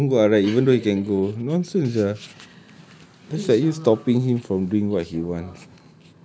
please don't go R_I even though you can go nonsense sia that's like you stopping him from doing what he wants